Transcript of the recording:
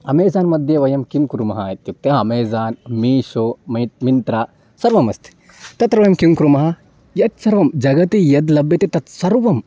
Amazon मध्ये वयं किं कुर्मः इत्युक्ते अमेज़ान् मीशो मेत् मिन्त्रा सर्वम् अस्ति तत्र वयं किं कुर्मः यत् सर्वं जगति यद् लभ्यते तत् सर्वं